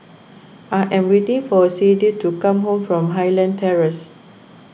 I am waiting for Sadye to come back from Highland Terrace